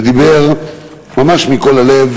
ודיבר ממש מכל הלב,